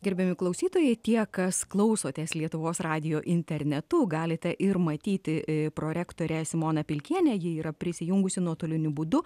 gerbiami klausytojai tie kas klausotės lietuvos radijo internetu galite ir matyti prorektorę simoną pilkienę ji yra prisijungusi nuotoliniu būdu